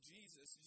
Jesus